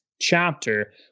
chapter